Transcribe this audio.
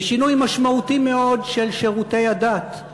בשינוי משמעותי מאוד של שירותי הדת.